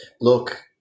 Look